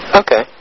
okay